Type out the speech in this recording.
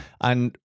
And-